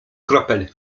kropel